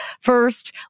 First